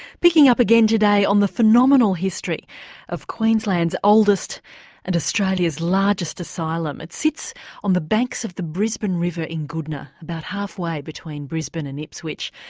picking up today on the phenomenal history of queensland's oldest and australia's largest asylum. it sits on the banks of the brisbane river in goodna, about halfway between brisbane and ipswich.